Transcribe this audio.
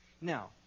Now